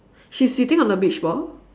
she's sitting on the beach ball